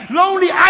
lonely